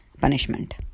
punishment